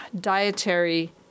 dietary